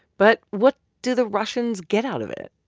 but what do the russians get out of it?